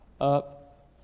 up